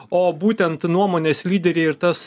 o būtent nuomonės lyderiai ir tas